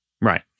Right